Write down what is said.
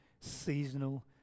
seasonal